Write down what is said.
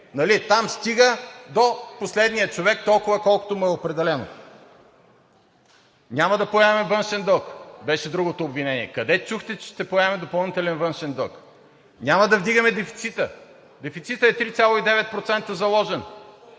Там стига до последния човек толкова, колкото му е определено. Няма да поемаме външен дълг – беше другото обвинение. Къде чухте, че ще поемаме допълнителен външен дълг? Няма да вдигаме дефицита. Дефицитът е 3,9% заложен.